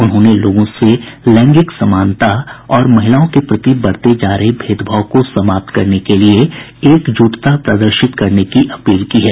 उन्होंने लोगों से लैंगिक समानता और महिलाओं के प्रति बरते जा रहे भेदभाव को समाप्त करने के लिए एकजुटता प्रदर्शित करने की अपील की है